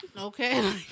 Okay